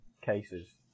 cases